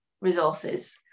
resources